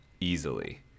easily